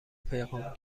پیغام